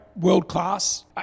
world-class